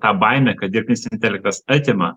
ta baimė kad dirbtinis intelektas atima